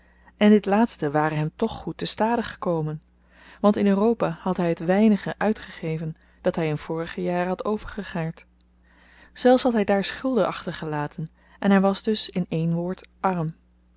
en dit laatste ware hem toch goed te stade gekomen want op zyn reizen in europa had hy het weinige uitgegeven dat hy in vorige jaren had overgegaard zelfs had hy daar schulden achtergelaten en hy was dus in één woord arm